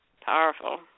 Powerful